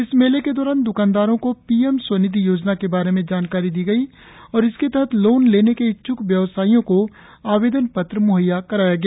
इस मेले के दौरान द्कानदारों को पीएम स्वनिधी योजना के बारे में जानकारी दी गई और इसके तहत लोन लेने के इच्छ्क व्यवसायियों को आवेदन पत्र मु्हैया कराया गया